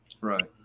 Right